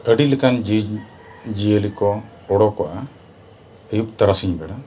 ᱟᱹᱰᱤ ᱞᱮᱠᱟᱱ ᱡᱤᱣᱤ ᱡᱤᱭᱟᱹᱞᱤ ᱠᱚ ᱚᱰᱚᱠᱚᱜᱼᱟ ᱟᱹᱭᱩᱵ ᱛᱟᱨᱟᱥᱤᱧ ᱵᱮᱲᱟ